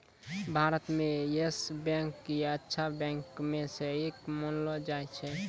भारत म Yes Bank क अच्छा बैंक म स एक मानलो जाय छै